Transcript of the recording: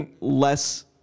less